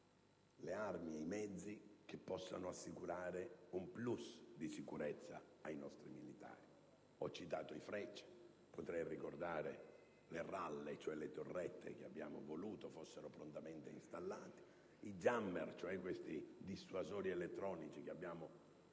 le armi ed i mezzi che possono assicurare un *plus* di sicurezza ai nostri militari. Ho citato i Freccia: potrei ricordare le ralle, cioè le torrette che abbiamo voluto fossero prontamente installate, ed i *jammers*, cioè i dissuasori elettronici di cui abbiamo voluto